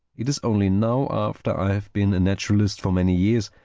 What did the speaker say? it is only now, after i have been a naturalist for many years,